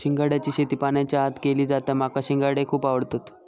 शिंगाड्याची शेती पाण्याच्या आत केली जाता माका शिंगाडे खुप आवडतत